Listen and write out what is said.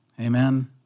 amen